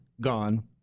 gone